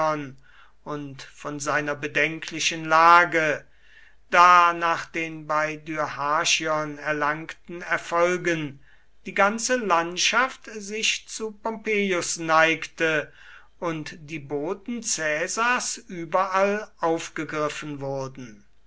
und von seiner bedenklichen lage da nach den bei dyrrhachion erlangten erfolgen die ganze landschaft sich zu pompeius neigte und die boten caesars überall aufgegriffen wurden